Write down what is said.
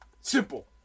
Simple